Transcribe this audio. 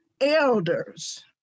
elders